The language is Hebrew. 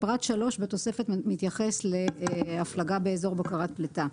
פרט 3 בתוספת מתייחס להפלגה באזור בקרת פליטה.